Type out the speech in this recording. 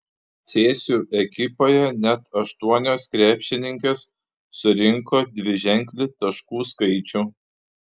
cėsių ekipoje net aštuonios krepšininkės surinko dviženklį taškų skaičių